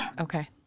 Okay